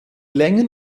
längen